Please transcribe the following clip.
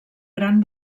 gran